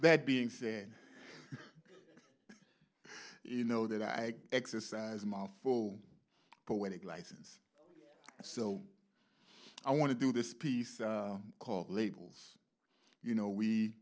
that being said you know that i exercise my awful poetic license so i want to do this piece called labels you know